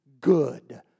good